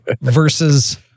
versus